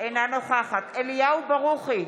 אינה נוכחת אליהו ברוכי,